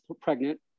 pregnant